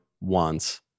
wants